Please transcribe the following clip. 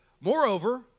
Moreover